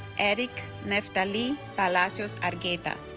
erick neftali palacios argueta